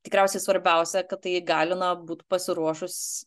tikriausiai svarbiausia kad tai įgalina būt pasiruošus